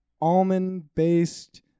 almond-based